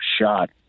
shot